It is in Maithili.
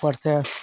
उपर से